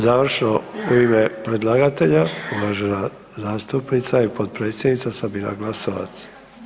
Završno u ime predlagatelja, uvažena zastupnica i potpredsjednica, Sabina Glasovac.